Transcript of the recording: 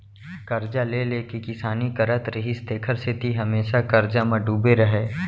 करजा ले ले के किसानी करत रिहिस तेखर सेती हमेसा करजा म डूबे रहय